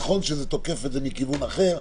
נכון שזה תוקף את זה מכיוון אחר,